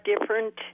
different